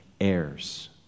heirs